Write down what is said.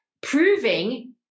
proving